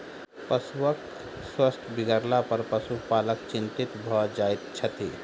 पशुक स्वास्थ्य बिगड़लापर पशुपालक चिंतित भ जाइत छथि